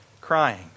crying